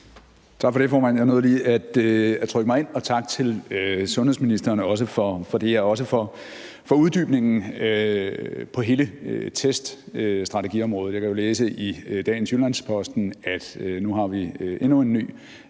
Tak for det, formand – jeg nåede lige at trykke mig ind – og også tak til sundhedsministeren for uddybningen på hele teststrategiområdet. Jeg kan jo læse i dagens udgave af Jyllands-Posten, at vi nu har endnu en ny